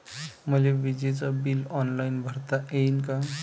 मले विजेच bill online भरता येईन का?